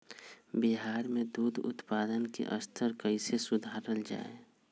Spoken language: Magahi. बिहार में दूध उत्पादन के स्तर कइसे सुधारल जाय